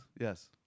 Yes